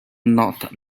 not